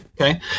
okay